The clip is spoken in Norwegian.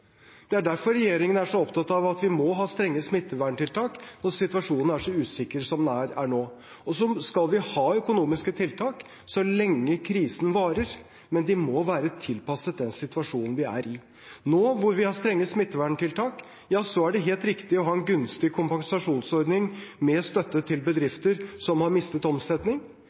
Det er derfor regjeringen er så opptatt av at vi må ha strenge smitteverntiltak når situasjonen er så usikker som den er nå. Så skal vi ha økonomiske tiltak så lenge krisen varer, men de må være tilpasset den situasjonen vi er i. Nå når vi har strenge smitteverntiltak, er det helt riktig å ha en gunstig kompensasjonsordning med støtte til bedrifter som har mistet omsetning.